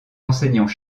enseignants